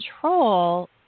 control